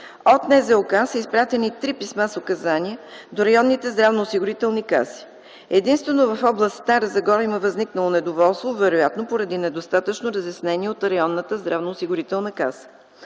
От НЗОК са изпратени три писма с указания до районните здравноосигурителни каси. Единствено в област Стара Загора има възникнало недоволство, вероятно поради недостатъчно разяснение от Районната здравноосигурителна каса.